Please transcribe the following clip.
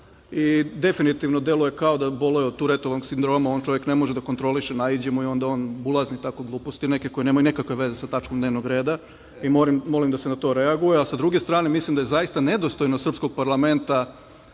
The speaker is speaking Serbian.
i definitivno deluje kao da boluje Turetovog sindroma. On čovek ne može da kontroliše, naiđe mu, onda on bulazni tako gluposti nekakve koje nemaju nikakve veze sa tačkom dnevnog reda. Molim da se na to reaguje. Sa druge strane, mislim da je zaista nedostojno srpskog parlamenta